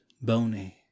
bony